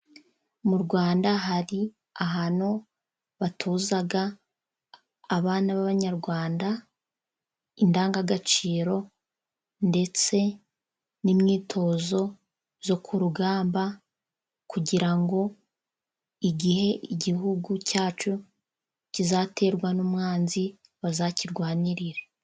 Mu Rwanda, hari ahantu batoza abana b’Abanyarwanda indangagaciro, ndetse n’imyitozo yo ku rugamba, kugira ngo igihe igihugu cyacu kizaterwa n’umwanzi, bazakirwanirire.